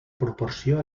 proporció